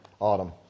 Autumn